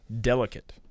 Delicate